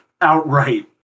outright